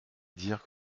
dire